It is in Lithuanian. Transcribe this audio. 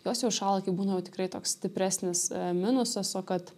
jos jau įšąla kai būna jau tikrai toks stipresnis minusas o kad